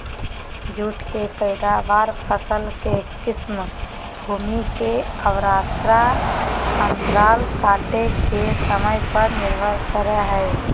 जुट के पैदावार, फसल के किस्म, भूमि के उर्वरता अंतराल काटे के समय पर निर्भर करई हई